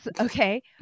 okay